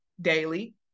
daily